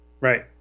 Right